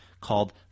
called